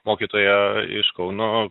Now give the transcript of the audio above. mokytoją iš kauno